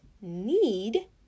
need